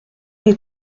des